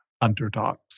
underdogs